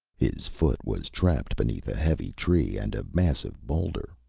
his foot was trapped beneath a heavy tree and a massive boulder,